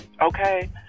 okay